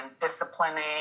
disciplining